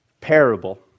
parable